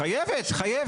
חייבת.